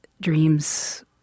dreams